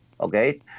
Okay